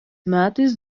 metais